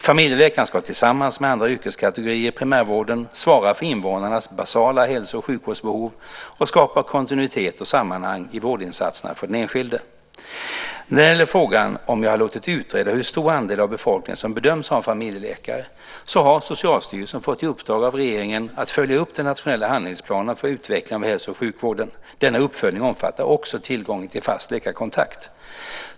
Familjeläkaren ska tillsammans med andra yrkeskategorier i primärvården svara för invånarnas basala hälso och sjukvårdsbehov och skapa kontinuitet och sammanhang i vårdinsatserna för den enskilde. När det gäller frågan om jag har låtit utreda hur stor andel av befolkningen som bedöms ha en familjeläkare så har Socialstyrelsen fått i uppdrag av regeringen att följa upp den nationella handlingsplanen för utveckling av hälso och sjukvården. Denna uppföljning omfattar också tillgången till fast läkarkontakt.